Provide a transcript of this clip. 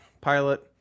pilot